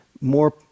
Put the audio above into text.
more